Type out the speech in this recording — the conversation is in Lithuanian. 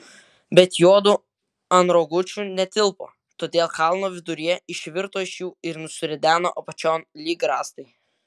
bet juodu ant rogučių netilpo todėl kalno viduryje išvirto iš jų ir nusirideno apačion lyg rąstai